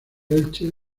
elche